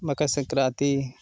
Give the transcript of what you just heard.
Makar Sankranti